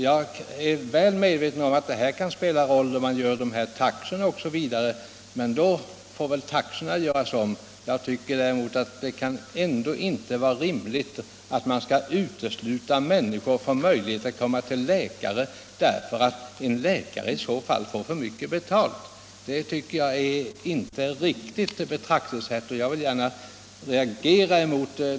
Jag är väl medveten om att den frågan kan spela in när man gör upp taxorna, men det finns ju möjlighet att ändra dessa. Det kan ändock inte vara rimligt att man skall försvåra människors möjligheter att komma under läkarvård med hänvisning till att läkaren annars skulle få för mycket betalt. Det är ett oriktigt betraktelsesätt, som jag reagerar mot.